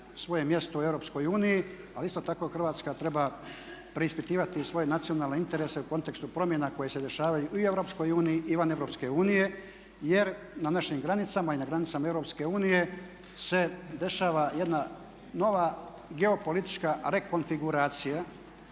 svoje mjesto u Europskoj uniji ali isto tako Hrvatska treba preispitivati svoje nacionalne interese u kontekstu promjena koje se dešavaju i u Europskoj uniji i van Europske unije jer na našim granicama i na granicama Europske unije se dešava jedna nova geopolitička rekonfiguracija.